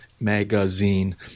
Magazine